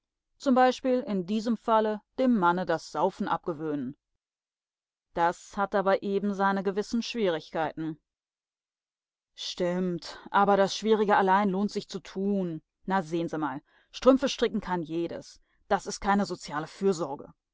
zum beispiel in diesem falle dem manne das saufen abgewöhnen das hat aber eben seine gewissen schwierigkeiten stimmt aber das schwierige allein lohnt sich zu tun na sehn se mal strümpfe stricken kann jedes das is keine soziale fürsorge